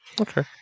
Okay